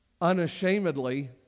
Unashamedly